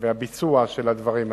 והביצוע של הדברים האלה,